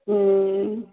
ہوں